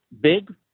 big